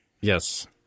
Yes